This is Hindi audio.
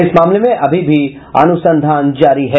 इस मामले में अभी भी अनुसंधान जारी है